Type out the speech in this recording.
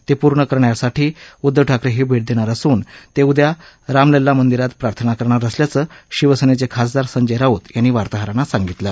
ते पूर्ण करण्यासाठी उद्घव ठाकरे ही भेट देणार असून ते उद्या राम लल्ला मंदिरात प्रार्थना करणार असल्याचं शिवसेनेचे खासदार संजय राऊत यांनी वार्ताहरांना सांगितलं